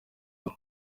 bwo